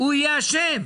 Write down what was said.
הוא יהיה אשם,